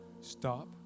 Stop